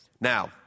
Now